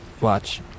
watch